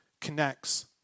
connects